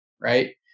Right